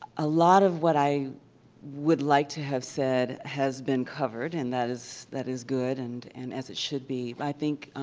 a lot of what i would like to have said has been covered. and that is that is good and and as it should be. i think